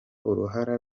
uruhara